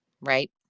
right